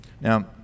Now